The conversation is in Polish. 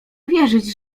wierzyć